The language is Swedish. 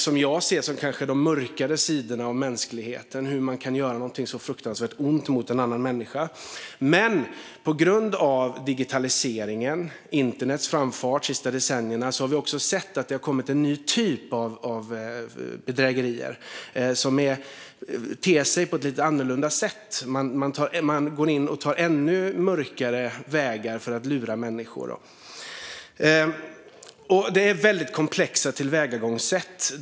Som jag ser det är det kanske en av mänsklighetens mörkaste sidor - hur man kan göra något så fruktansvärt ont mot en annan människa. På grund av digitaliseringen och internets framfart de sista decennierna har vi sett att det har kommit en ny typ av bedrägerier som ter sig lite annorlunda och där man tar ännu mörkare vägar för att lura människor. Det är väldigt komplexa tillvägagångssätt.